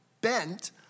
bent